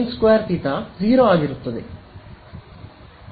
sin೨ theta 0 ಆಗಿರುತ್ತದೆ